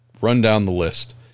run-down-the-list